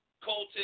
Colton